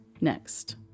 next